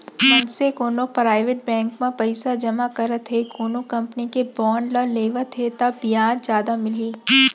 मनसे कोनो private bank म पइसा जमा करत हे कोनो कंपनी के बांड ल लेवत हे ता बियाज जादा मिलही